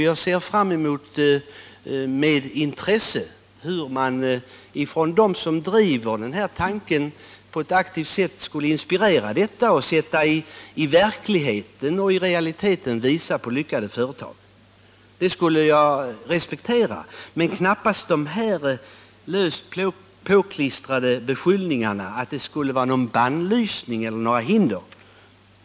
Jag ser med intresse fram mot hur de som driver denna tanke på ett aktivt sätt skulle kunna inspirera genom attt.ex. visa på i realiteten lyckade företag. Det skulle jag respektera, men knappast de här löst påklistrade beskyllningarna att det skulle vara någon bannlysning eller finnas några hinder.